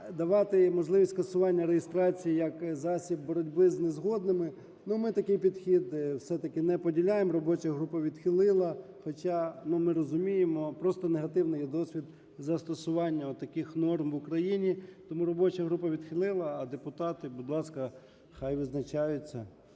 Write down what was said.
давати можливість скасування реєстрації як засіб боротьби з незгодними, ну, ми такий підхід все-таки, робоча група відхилила. Хоча ми розуміємо, просто негативний є досвід застосування отаких норм в Україні. Тому робоча група відхилила, а депутати, будь ласка, хай визначаються,